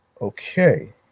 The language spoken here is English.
Okay